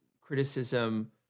criticism